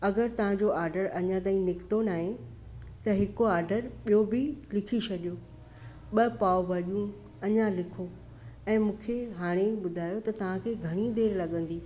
अगरि तव्हांजो ऑडर अञा ताईं निकितो न आहे त हिकु ऑडर ॿियो बि लिखी छॾियो ॿ पाव भाॼियूं अञा लिखो ऐं मूंखे हाणे ई ॿुधायो त तव्हांखे घणी देरि लॻंदी